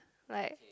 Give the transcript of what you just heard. like